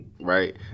right